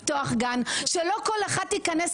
בלידה עד שלוש לא כולם בהכשרה,